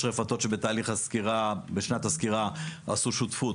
יש רפתות שבשנת הסקירה עשו שותפות,